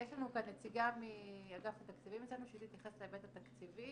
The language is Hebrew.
יש לנו כאן נציגה מאגף התקציבים אצלנו שהיא תתייחס להיבט התקציבי.